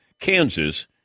Kansas